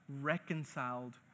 reconciled